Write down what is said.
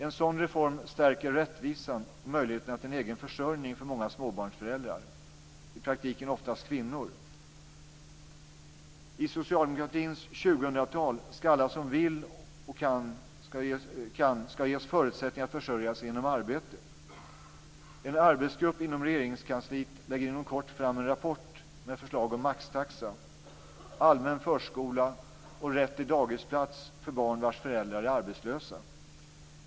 En sådan reform stärker rättvisan och möjligheterna till en egen försörjning för många småbarnsföräldrar, i praktiken oftast kvinnor. I socialdemokratins 2000-tal ska alla som vill och kan ges förutsättningar att försörja sig genom arbete. En arbetsgrupp inom Regeringskansliet lägger inom kort fram en rapport med förslag om maxtaxa, allmän förskola och rätt till dagisplats för barn vars föräldrar är arbetslösa.